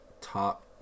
top